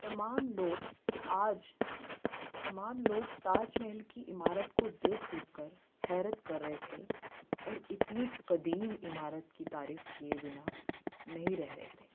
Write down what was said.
تمام لوگ آج تمام لوگ تاج محل كی عمارت كو دیکھ دیکھ کر حیرت کر رہے تھے اور اتنی قدیم عمارت کی تعریف کیے بنا نہیں رہ رہے تھے